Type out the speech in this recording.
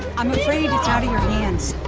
i'm afraid it's out of your hands.